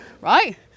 right